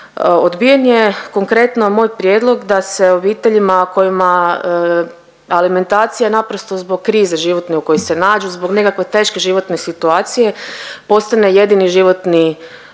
Odbijen je konkretno moj prijedlog da se obiteljima kojima alimentacija naprosto zbog krize životne u kojoj se nađu zbog nekakve teške životne situacije postane jedini životni prihod